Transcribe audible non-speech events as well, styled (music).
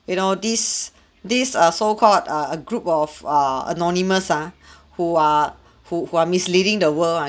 you know these these err so called err a group of err anonymous ah (breath) who are (breath) who who are misleading the world [one]